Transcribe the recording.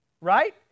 right